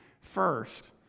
First